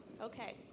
Okay